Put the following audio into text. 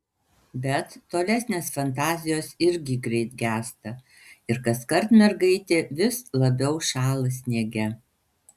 bet tolesnės fantazijos irgi greit gęsta ir kaskart mergaitė vis labiau šąla sniege